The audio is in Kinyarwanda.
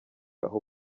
aho